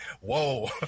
whoa